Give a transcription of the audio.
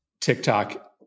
TikTok